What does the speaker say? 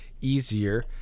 easier